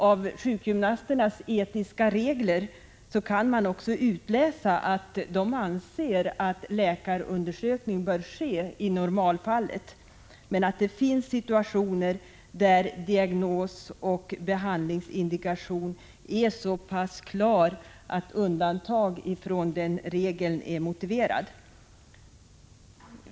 Av sjukgymnasternas etiska regler kan man också utläsa att de anser att läkarundersökning bör ske i normalfallet men att det finns situationer där diagnos och behandlingsindikation är så pass klar att undantag ifrån den regeln är motiverad.